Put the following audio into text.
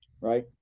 right